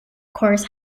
course